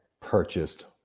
purchased